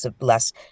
less